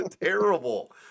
terrible